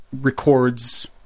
records